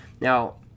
now